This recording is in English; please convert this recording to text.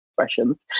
expressions